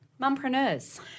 mumpreneurs